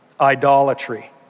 Idolatry